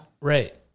Right